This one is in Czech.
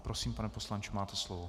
Prosím, pane poslanče, máte slovo.